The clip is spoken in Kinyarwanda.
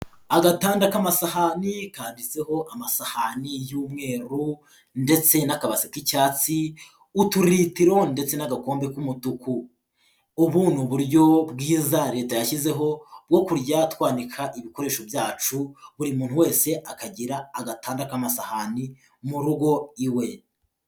Agatanda k'amasahani kanitseho amasahani y'umweru ndetse n'akabasho k'icyatsi uturitiro ndetse n'agakombe k'umutuku, ubu ni uburyo bwiza leta yashyizeho bwo kujya twanika ibikoresho byacu, buri muntu wese akagira agatanda k'amasahani mu rugo iwe.